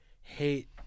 hate